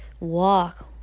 walk